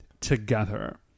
together